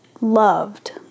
loved